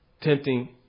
Tempting